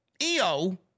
EO